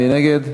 מי נגד?